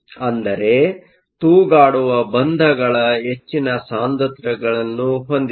ಅಂದರೆ ತೂಗಾಡುವ ಬಂಧಗಳ ಹೆಚ್ಚಿನ ಸಾಂದ್ರತೆಗಳನ್ನು ಹೊಂದಿದೆ